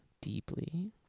deeply